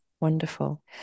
Wonderful